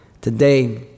Today